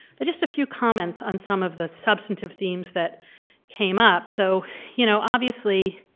but just a few comments on some of the substantive themes that came up. so you know obviously,